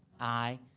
aye.